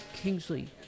Kingsley